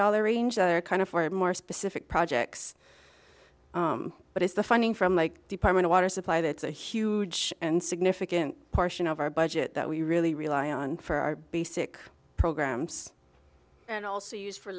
dollar range kind of for a more specific projects but it's the funding from my department water supply that's a huge and significant portion of our budget that we really rely on for our basic programs and also used for